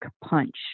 punch